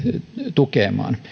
tukemaan